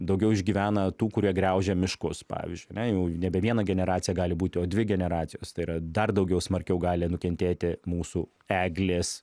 daugiau išgyvena tų kurie graužia miškus pavyzdžiui ane jau nebe viena generacija gali būti o dvi generacijos tai yra dar daugiau smarkiau gali nukentėti mūsų eglės